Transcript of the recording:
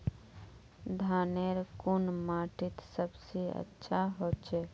धानेर कुन माटित सबसे अच्छा होचे?